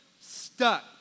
stuck